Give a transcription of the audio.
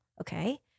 Okay